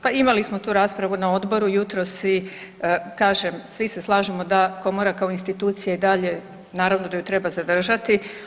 Pa imali smo tu raspravu na odboru jutros i kažem svi se slažemo da Komora kao institucija i dalje naravno da je treba zadržati.